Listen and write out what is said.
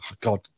God